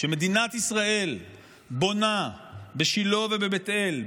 כשמדינת ישראל בונה בשילה ובבית אל,